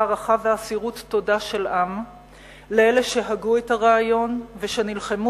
הערכה ואסירות תודה של עם לאלה שהגו את הרעיון ושנלחמו